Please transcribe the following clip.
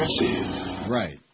Right